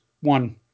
one